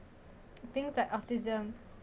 things like autism